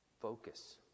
focus